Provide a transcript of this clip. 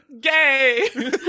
gay